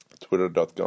twitter.com